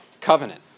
covenant